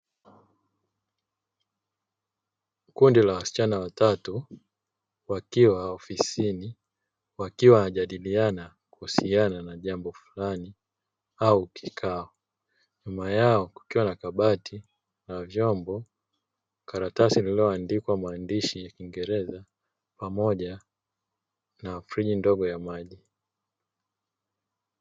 Kundi la wasichana watatu, wakiwa ofisini, wakiwa wanajadiliana kuhusiana na jambo fulani au kikao. Nyuma yao kukiwa na kabati la vyombo na karatasi lililoandikwa maandishi ya kiingereza pamoja na friji ndogo ya maji.